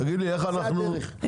זו הדרך.